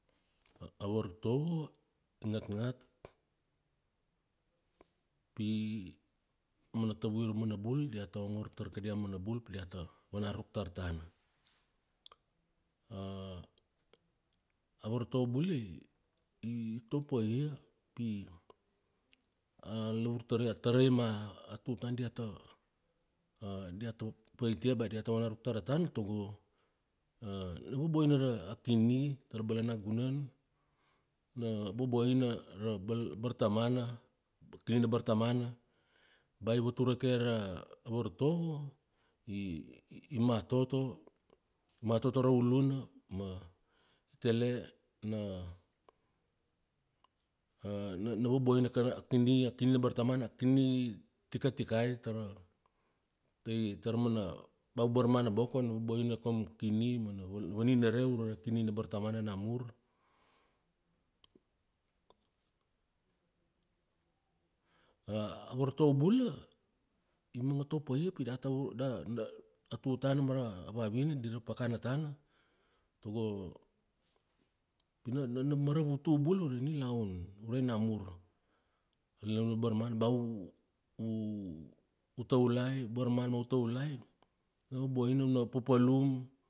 A vartovo, i ngatngat, pi, aumana tavui ra mana bul diata ongor tar kadia mana bul pi diata vana ruk tar tana. A vartovo bula i, i topia pi a lavur tarai, tarai ma tutana diata, diata pait ia ba diata vana ruk tar tana tago, na vaboina ra kini tara balanagunan, na vaboina ra bartamana, kini na bartamana, bai vatur vake ra vartovo i matoto, matoto ra uluma ma i tale na, na, na vaboina kana kini, a kini na bartamana, a kini tikatikai tara, tai tara mana bea u barmana boko na va boina koum kini mana vaninareu ure ra kini na bartmana namur. A vartovo bula i manga topaia i data, da, da a tutana mara vavina dir pakana tana, tago, pina na maravut u bula ure nilaunure namur, nilaun na barmana ba u, taulai barmana ma u taulai bana u na papalum.